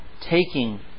taking